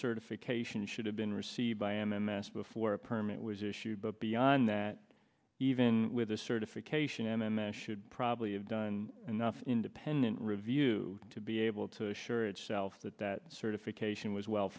certification should have been received by m m s before a permit was issued but beyond that even with the certification and then should probably have done enough independent review to be able to assure itself that that certification is well